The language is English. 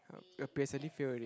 you're basically fail already